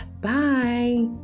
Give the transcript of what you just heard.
Bye